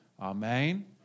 Amen